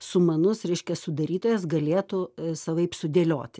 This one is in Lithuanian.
sumanus reiškia sudarytojas galėtų savaip sudėlioti